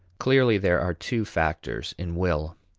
clearly there are two factors in will.